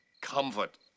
comfort